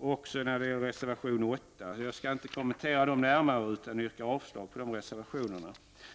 också reservation 8. Jag kommenterar inte de reservationerna närmare utan yrkar avslag på dem.